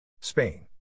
Spain